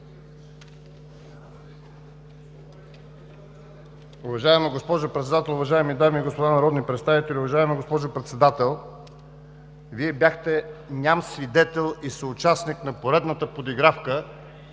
Уважаема госпожо Председател, уважаеми дами и господа народни представители! Уважаема госпожо Председател, Вие бяхте ням свидетел и съучастник на поредната подигравка,